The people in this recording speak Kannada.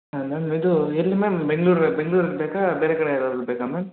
ಮ್ಯಾಮ್ ಇದು ಎಲ್ಲಿ ಮ್ಯಾಮ್ ಬೆಂಗ್ಳೂರು ಬೆಂಗ್ಳೂರ್ದು ಬೇಕಾ ಬೇರೆ ಕಡೆ ಬೇಕಾ ಮ್ಯಾಮ್